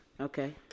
Okay